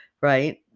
right